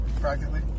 Practically